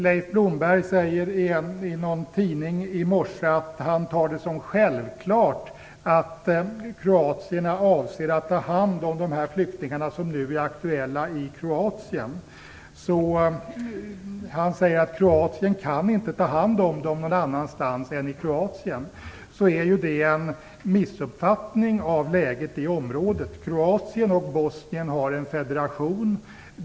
Leif Blomberg uttalar i någon av dagens tidningar att han anser att det är självklart att kroatierna avser att ta hand om de flyktingar som nu är aktuella i Kroatien; Kroatien kan inte ta hand om dem någon annanstans än i Kroatien, säger han. Det är en missuppfattning av läget i området. Kroatien och Bosnien har en federation.